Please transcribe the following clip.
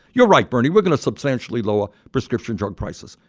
you're right, bernie, we're going to substantially lower prescription drug prices.